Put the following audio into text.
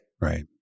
Right